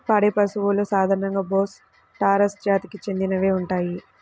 పాడి పశువులు సాధారణంగా బోస్ టారస్ జాతికి చెందినవే ఉంటాయి